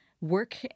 work